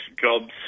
jobs